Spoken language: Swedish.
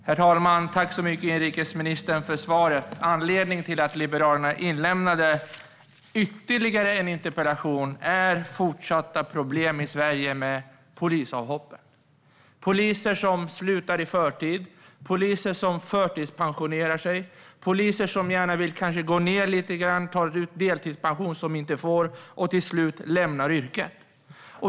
Herr talman! Tack så mycket, inrikesministern, för svaret! Anledningen till att Liberalerna ställde ytterligare en interpellation är fortsatta problem i Sverige med polisavhopp - poliser som slutar i förtid, poliser som förtidspensionerar sig, poliser som kanske vill gå ned i tid och ta ut deltidspension men inte får det och till slut lämnar yrket.